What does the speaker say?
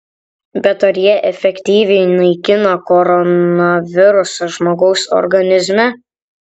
bet ar jie efektyviai naikina koronavirusą žmogaus organizme